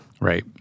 Right